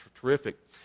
terrific